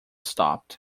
stopped